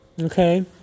okay